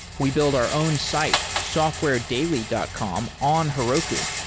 we build our own site, softwaredaily dot com on heroku,